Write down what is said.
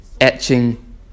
etching